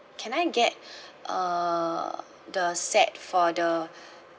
can I get uh the set for the